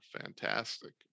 fantastic